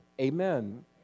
Amen